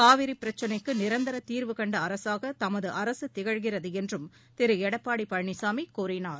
காவிரிபிரச்னைக்குநிரந்தரதீர்வு கண்டஅரசாகதமதுஅரசுதிகழ்கிறதுஎன்றும் திருஎடப்பாடிபழனிசாமிகூறினார்